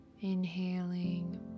Inhaling